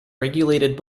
regulated